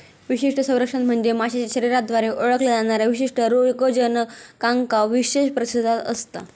विशिष्ट संरक्षण म्हणजे माशाच्या शरीराद्वारे ओळखल्या जाणाऱ्या विशिष्ट रोगजनकांका विशेष प्रतिसाद असता